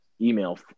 email